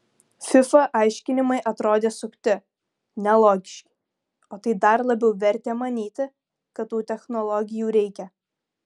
fifa aiškinimai atrodė sukti nelogiški o tai dar labiau vertė manyti kad tų technologijų reikia